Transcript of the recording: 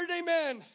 amen